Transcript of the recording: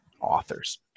authors